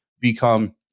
become